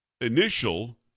initial